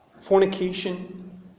Fornication